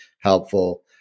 helpful